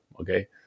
Okay